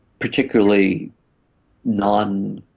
particularly non-global